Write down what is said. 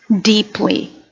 deeply